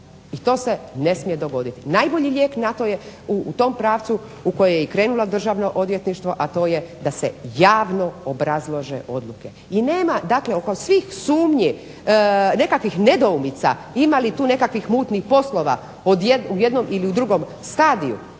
i to se ne smije dogoditi. Najbolji lijek je u tom pravcu u koje je i krenulo Državno odvjetništvo a to je da se javno obrazlože odluke. I nema dakle oko svih sumnji, nekakvih nedoumica ima li tu nekakvih mutnih poslova u jednom ili u drugom stadiju